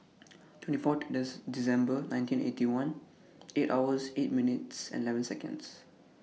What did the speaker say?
twenty four December nineteen Eighty One eight hours eight minutes eleven Seconds